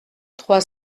trois